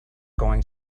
going